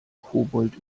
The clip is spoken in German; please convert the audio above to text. kobold